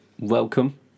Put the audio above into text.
welcome